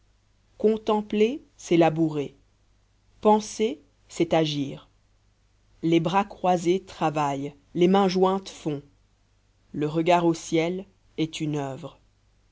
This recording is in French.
contempler c'est labourer penser c'est agir les bras croisés travaillent les mains jointes font le regard au ciel est une oeuvre